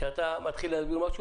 שאתה מתחיל להסביר משהו,